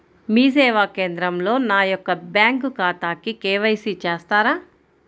మీ సేవా కేంద్రంలో నా యొక్క బ్యాంకు ఖాతాకి కే.వై.సి చేస్తారా?